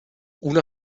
una